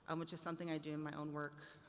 um which is something i do in my own work,